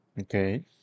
Okay